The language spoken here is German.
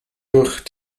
durch